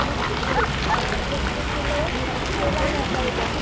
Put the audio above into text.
हा ऐं हिक किलो केला मोकिलजो